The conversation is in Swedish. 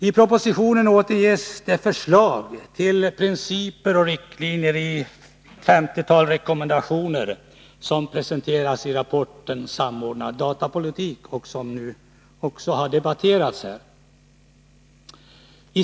I propositionen återges de förslag till principer och riktlinjer i femtiotalet rekommendationer som presenteras i rapporten Samordnad datapolitik, som nu också har debatterats här.